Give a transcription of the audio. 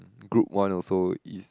group one also is